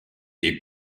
est